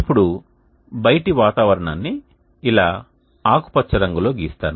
ఇప్పుడు బయటి వాతావరణాన్ని ఇలా ఆకుపచ్చ రంగులో గీస్తాను